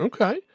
Okay